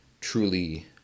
truly